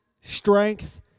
strength